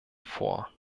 vor